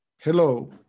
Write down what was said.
Hello